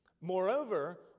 Moreover